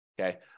okay